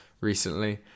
recently